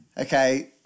Okay